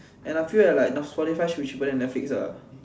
and I feel that like Spotify should be cheaper than netflix ah